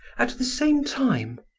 at the same time?